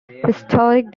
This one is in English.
historic